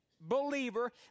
believer